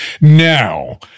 Now